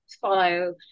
follow